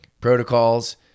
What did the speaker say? protocols